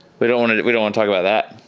we don't it it we don't wanna talk about that.